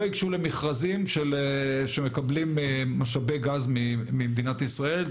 יגשו למכרזים שמקבלים משאבי גז ממדינת ישראל.